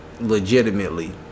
legitimately